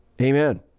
Amen